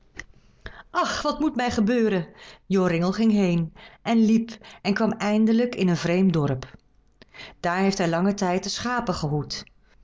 ach wat moet mij gebeuren joringel ging heen en liep en kwam eindelijk in een vreemd dorp daar heeft hij langen tijd de schapen gehoed